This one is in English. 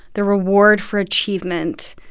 the reward for achievement